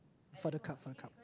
for the cup for the cup